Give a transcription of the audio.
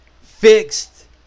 fixed